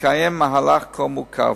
לקיים מהלך כה מורכב.